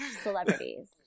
celebrities